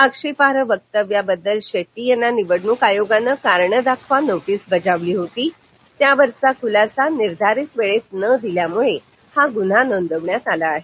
आक्षेपाई वक्तव्याबद्दल शेट्टी यांना निवडणूक आयोगानं कारणे दाखवा नोटीस बजावली होती त्यावरचा खुलासानिर्धारित वेळेत न दिल्यामुळे हा गुन्हा नोंदवण्यात आला आहे